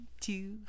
two